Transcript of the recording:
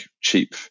cheap